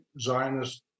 Zionist